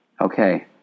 Okay